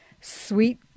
Sweet